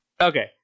Okay